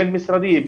בין משרדי,